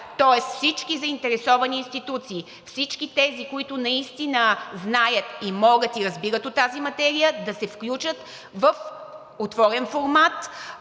тоест всички заинтересовани институции, всички тези, които наистина знаят, и могат, и разбират от тази материя, да се включат в отворен формат